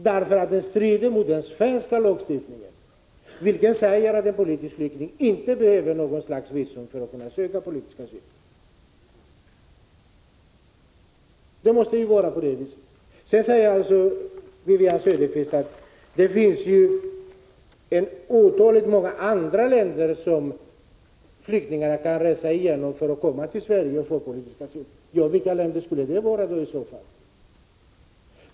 Den strider alltså mot den svenska lagstiftningen, enligt vilken en politisk flykting inte behöver något visum för att söka politisk asyl. Det måste vara på det viset. Wivi-Anne Cederqvist säger att det ju finns många andra länder som flyktingarna kan resa igenom för att komma till Sverige och få politisk asyl. Ja, vilka länder skulle det vara i så fall?